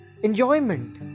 enjoyment